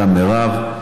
גם מירב,